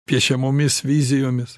piešiamomis vizijomis